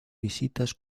visitas